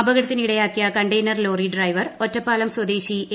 അപകടത്തിന് ഇടയാക്കിയ container lorry driver Ottapalam സ്വദേശി എ